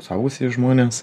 suaugusieji žmonės